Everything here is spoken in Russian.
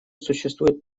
существует